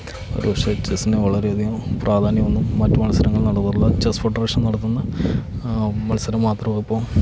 ഒരുപക്ഷേ ചെസ്സിന് വളരെയധികം പ്രാധാന്യം ഒന്നും മറ്റു മത്സരങ്ങൾ അതുപോലുള്ള ചെസ്സ് ഫെഡറേഷൻ നടത്തുന്ന മത്സരം മാത്രം ഇപ്പോൾ